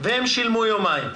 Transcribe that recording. והם שילמו יומיים.